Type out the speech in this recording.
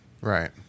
Right